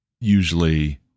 usually